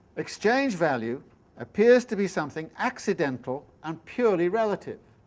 exchange-value appears to be something accidental and purely relative,